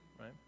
right